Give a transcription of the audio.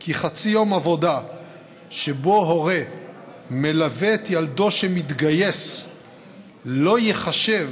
כי חצי יום עבודה שבו הורה מלווה את ילדו שמתגייס לא ייחשב